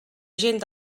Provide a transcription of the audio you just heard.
gent